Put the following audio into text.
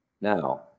Now